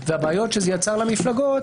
מבחינת